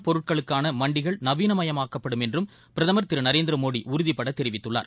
என்றும் பொருட்களுக்கானமண்டிகள் நவீனமாக்கப்படும் என்றும் பிரதமர் திருநரேந்திரமோடிஉறுதிபடதெரிவித்துள்ளார்